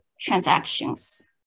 transactions